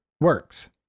works